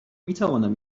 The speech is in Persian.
میتوانم